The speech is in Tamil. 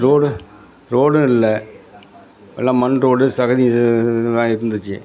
ரோடு ரோடும் இல்லை எல்லாம் மண் ரோடு சகதி இது இது தான் இருந்துச்சி